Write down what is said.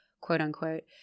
quote-unquote